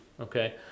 okay